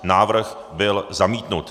Návrh byl zamítnut.